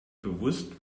bewusst